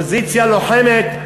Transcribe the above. אופוזיציה לוחמת,